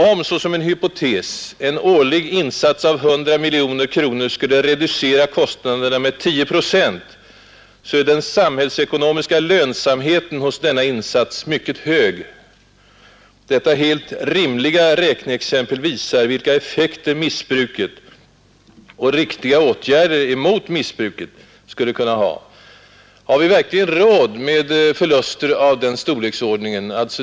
Om, såsom en hypotes, en årlig insats av 100 miljoner kronor skulle reducera kostnaderna med 10 procent, är den samhällsekonomiska lönsamheten hos denna insats mycket hög. Detta helt rimliga räkneexempel visar vilka effekter missbruket — och riktiga åtgärder mot missbruket — skulle kunna ha. Har vi verkligen i vårt ekonomiska nuläge råd med förluster av den storleken?